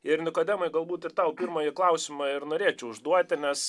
ir nikodemai galbūt ir tau pirmąjį klausimą ir norėčiau užduoti nes